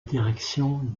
direction